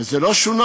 וזה לא שונה,